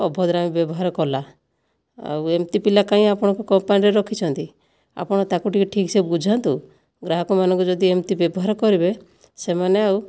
ଅଭ୍ରଦାମି ବ୍ୟବହାର କଲା ଆଉ ଏମିତି ପିଲା କାହିଁକି ଆପଣଙ୍କ କମ୍ପାନୀରେ ରଖିଛନ୍ତି ଆପଣ ତାକୁ ଟିକିଏ ଠିକ୍ସେ ବୁଝାନ୍ତୁ ଗ୍ରାହକମାନଙ୍କୁ ଯଦି ଏମିତି ବ୍ୟବହାର କରିବେ ସେମାନେ ଆଉ